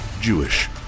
Jewish